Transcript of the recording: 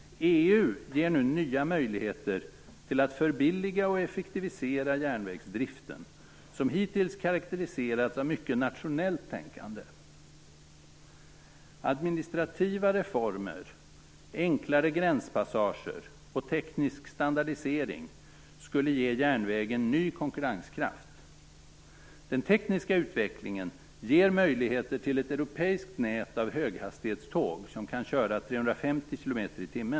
EU ger nu nya möjligheter till att förbilliga och effektivisera järnvägsdriften som hittills karakteriserats av mycket nationellt tänkande. Administrativa reformer, enklare gränspassager och teknisk standardisering skulle ge järnvägen ny konkurrenskraft. Den tekniska utvecklingen ger möjligheter till ett europeiskt nät av höghastighetståg som kan köra 350 km/tim.